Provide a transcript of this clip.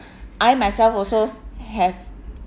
I myself also have